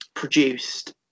produced